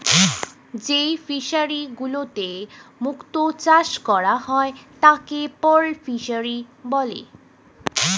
যেই ফিশারি গুলিতে মুক্ত চাষ করা হয় তাকে পার্ল ফিসারী বলে